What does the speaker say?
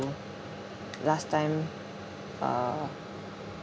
last time uh